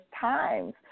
times